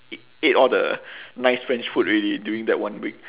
ate ate all the nice french food already during that one week